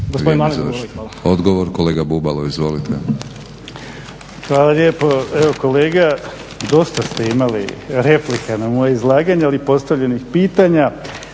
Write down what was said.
Odgovor kolega Bubalo. **Bubalo, Krešimir (HDSSB)** Hvala lijepo. Evo kolega dosta ste imali replika na moje izlaganje ali i postavljenih pitanja.